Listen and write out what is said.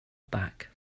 back